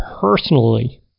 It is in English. personally